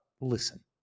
listen